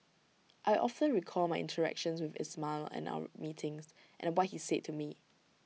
I often recall my interactions with Ismail and our meetings and what he said to me